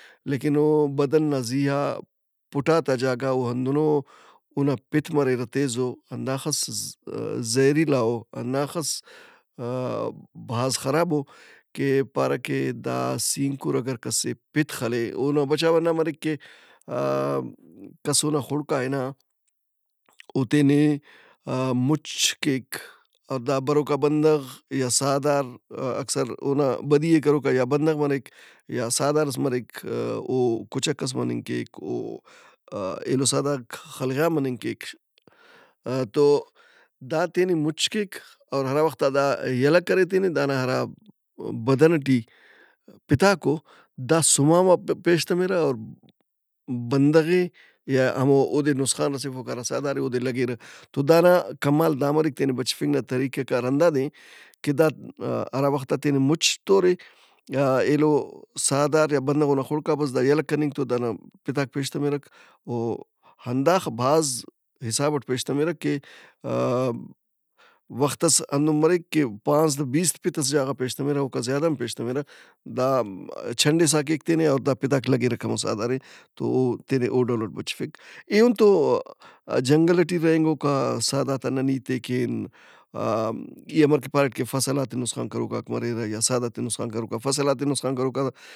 لیکن او بدن نا زی آ پُٹات آ زی آ اوہندنو اونا پِت مریرہ تیزو، ہنداخس زہریلا او، ہنداخس آ- بھاز خرابو کہ پارہ کہ دا سینکر اگرکس ئے پِت خلے اون بچاؤ ہنّا مریک کہ آ- کس اونا خُڑک آ ہِںا او تینے مُچ کیک۔ او دا بروکا بندغ یا سہدار اکثر اونا بدی ئے کروکا یا بندغ مریک یا سہدارس مریک۔ او کچک ئس مننگ کیک، او ایلو سہدارک خلیغا مننگ کیک۔ تو دا تینے مُچ کیک اور ہرا وخت آ دا یلہ کرے تینے دانا ہرا بدن ئٹی پِتاک او دا سُم آن بار پیش تمرہ اور بندغ ئے یا اودے نسخان رسیفوکا ہرا سہدار اے اودے لگّرہ۔ تو دانا کمال دا مریک تینے بچفنگ ناطریقہ کار ہنداد اے کہ دا ہرا وخت آ تینے مُچ تورے ایلو سہداریا بھلو بھلو خُڑک آ بس دا یلہ کننگ تو دانا پِتاک پیش تمرک او ہنداخہ بھاز حساب اٹ پیش تمرہ کہ آ- وخت ئس ہندن مریک کہ پانزدہ بیست پِت اسہ جاغا پیش تمرہ اوکا زیادہم پیش تمرہ۔ دا چِھنڈسا کیک تینے اوداپِتاک لگرہ ہمو سہدار ئے۔ تو او تینے او ڈول اٹ بچفک۔ ایہن تو جنگل ئٹی رہینگوکا سہدارت آ نن ہیت ئے کین آ- ای امرکہ پاریٹ کہ فصلات ئے نسخان کروکاک مریرہ یا سہدارت ئے نسخان کروکا۔ فصلات ئے نسخان کروکا